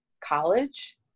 college